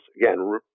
again